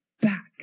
back